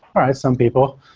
all right, some people.